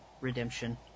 redemption